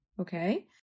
okay